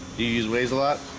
use leis a lot?